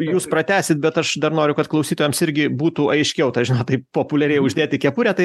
jūs pratęsit bet aš dar noriu kad klausytojams irgi būtų aiškiau tai žinot taip populiariai uždėti kepurę tai